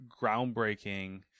groundbreaking